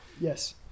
Yes